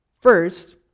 First